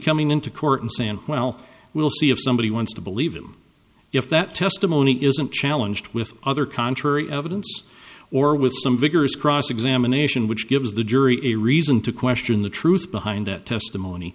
coming into court and sam well we'll see if somebody wants to believe him if that testimony isn't challenge with other contrary evidence or with some vigorous cross examination which gives the jury a reason to question the truth behind that testimony